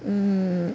mm